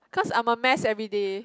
cause I'm a mess everyday